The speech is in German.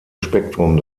spektrum